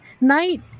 night